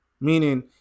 Meaning